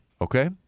Okay